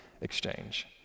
exchange